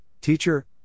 Teacher